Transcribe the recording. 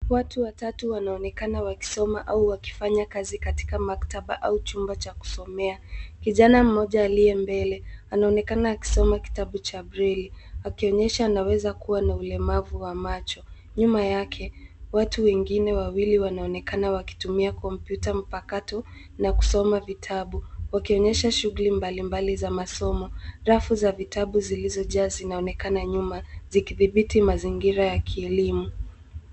Watu watatu wanaonekana wakisoma au wakifanya kazi katika maktaba au chumba cha kusomea. Kijana mmoja aliye mbele, anaonekana wakisoma kitabu cha breili, akionyesha anaweza kuwa na ulemavu wa macho. Nyuma yake, watu wengine wawili wanaonekana wakitumia kompyuta mpakato na kusoma vitabu, wakionyesha shughuli mbalimbali za masomo. Rafu za vitabu zilizojaa zinaonekana nyuma, zikidhibiti mazingira ya kielimu.